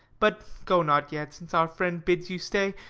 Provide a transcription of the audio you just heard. but go not yet, since our friend bids you stay.